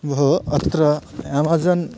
भोः अत्र यमसन्